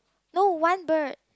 no one bird